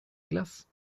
glace